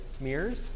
mirrors